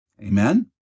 Amen